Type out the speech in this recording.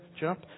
jump